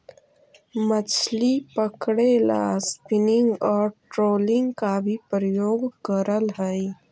मछली पकड़े ला स्पिनिंग और ट्रोलिंग का भी प्रयोग करल हई